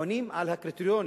עונים על הקריטריונים.